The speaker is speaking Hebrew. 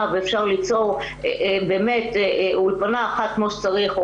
ואפשר ליצור אולפנה אחת כמו שצריך,